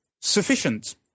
sufficient